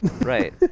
right